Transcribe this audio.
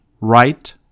right